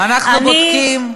אנחנו בודקים.